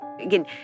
again